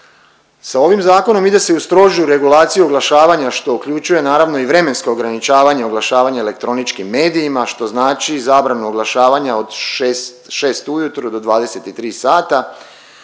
Sa ovim zakonom ide se i u strožu regulaciju oglašavanja što uključuje naravno i vremensko ograničavanje oglašavanja elektroničkim medijima što znači zabranu oglašavanja od 6 ujutro do 23 sata,